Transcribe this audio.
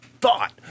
thought